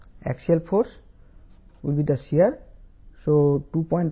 28 52 7